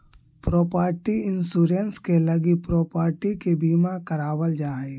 property insurance के लगी property के बीमा करावल जा हई